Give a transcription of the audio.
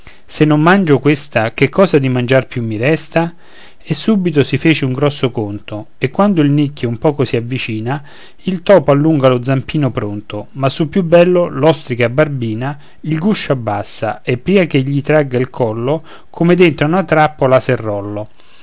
se non mangio questa che cosa di mangiare più mi resta e subito si fece un grosso conto e quando il nicchio un poco si avvicina il topo allunga lo zampino pronto ma sul più bello l'ostrica barbina il guscio abbassa e pria ch'ei tragga il collo come dentro a una trappola serrollo